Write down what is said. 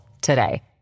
today